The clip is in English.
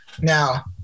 Now